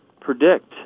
predict